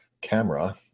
camera